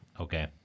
Okay